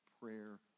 prayer